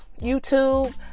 YouTube